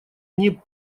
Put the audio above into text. они